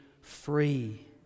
free